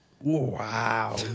Wow